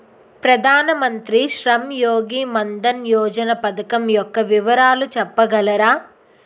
ప్రధాన మంత్రి శ్రమ్ యోగి మన్ధన్ యోజన పథకం యెక్క వివరాలు చెప్పగలరా?